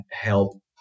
help